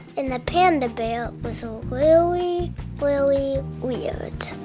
and the panda bear was really, really weird.